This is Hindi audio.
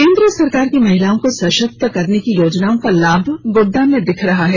केंद्र सरकार की महिलाओं को सशक्त करने की योजनाओं का लाभ गोड्डा में दिख रहा है